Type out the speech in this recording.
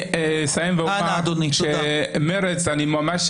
או אנחנו רוצים להזיז את ביבי או זה לצורכי פריימריז לא יודע,